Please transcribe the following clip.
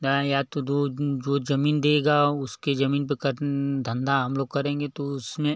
न या तो दो जो ज़मीन देगा उसके ज़मीन पर कर धंधा हम लोग करेंगे तो उसमें